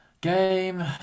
Game